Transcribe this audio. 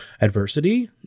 adversity